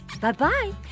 Bye-bye